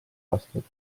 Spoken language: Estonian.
aastat